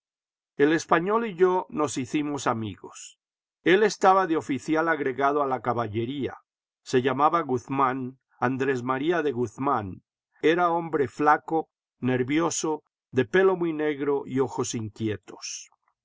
el español y yo nos hicimos amigos el estaba de oficial agregado a la caballería se llamaba guzmán andrés maría de guzmán era hombre fiaco nervioso de pelo muy negro y ojos inquietos